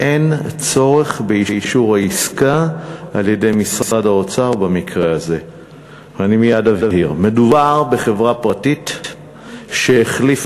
1 2. אין צורך